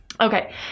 Okay